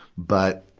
but,